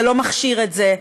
זה לא מכשיר את זה,